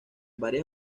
varias